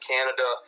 Canada